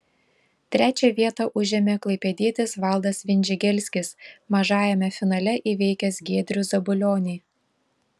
trečią vietą užėmė klaipėdietis valdas vindžigelskis mažajame finale įveikęs giedrių zabulionį